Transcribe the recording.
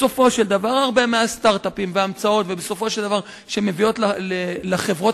בסופו של דבר הרבה מהסטארט-אפים ומההמצאות שמביאים לחברות